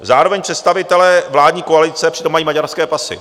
Zároveň představitelé vládní koalice přitom mají maďarské pasy.